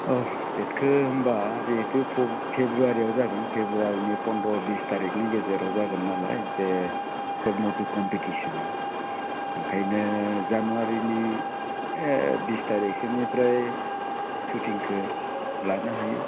अह देटखौ होमबा जिहेथु फ्र फेब्रुवारिआव जागोन फेब्रुवारिनि फनद्र बिस थारिखनि गेजेराव जागोन नालाय बे सर्ट मुभि खम्फिटिसनआ ओंखायनो जानुवारिनि ओह बिस थारिखसोनिफ्राय सुटिंखौ लानो हायो